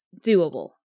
doable